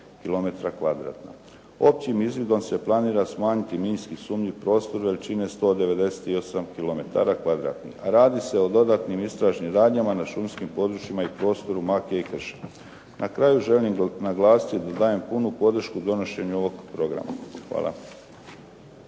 Općim izvidom se planira smanjiti minski sumnjiv prostor veličine 198 kilometara kvadratnih, a radi se o dodatnim istražnim radnjama na šumskim područjima i prostoru makije i krša. Na kraju želim naglasiti da dajem punu podršku donošenju ovog programa. Hvala.